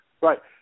Right